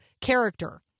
character